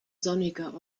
sonniger